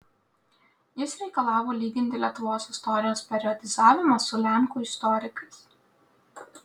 jis reikalavo lyginti lietuvos istorijos periodizavimą su lenkų istorikais